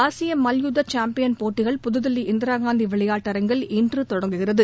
ஆசிய மல்யுத்த சாம்பியன் போட்டிகள் புதுதில்லி இந்திராகாந்தி விளையாட்டரங்கில் இன்று தொடங்குகிறது